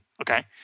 Okay